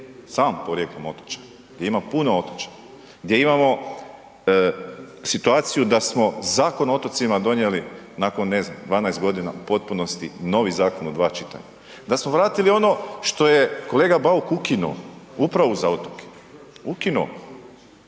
sam porijeklom otočan, gdje ima puno otočja, gdje imamo situaciju da smo Zakon o otocima donijeli nakon, ne znam, 12 godina u potpunosti novi zakon u dva čitanja. Da smo vratili ono što je kolega Bauk ukinuo, Upravu za otoke. Ukinuo